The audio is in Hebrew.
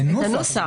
זה נוסח.